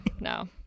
No